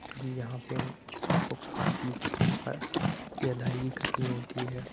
تبھی یہاں پہ ان کو کافی فیس کی ادائیگی کرنی ہوتی ہے